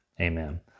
Amen